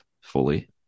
fully